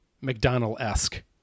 mcdonald-esque